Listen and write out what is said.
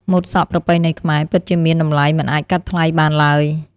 ម៉ូតសក់ប្រពៃណីខ្មែរពិតជាមានតម្លៃមិនអាចកាត់ថ្លៃបានឡើយ។